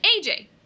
aj